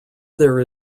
there